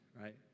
right